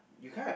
you can't